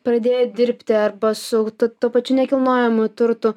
pradėjo dirbti arba su tuo pačiu nekilnojamuoju turtu